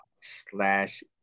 slash